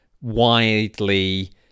widely